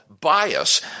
bias